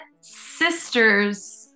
sister's